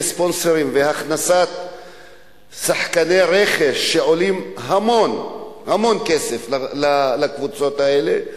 ספונסרים והכנסת שחקני רכש שעולים המון המון כסף לקבוצות האלה,